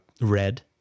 Red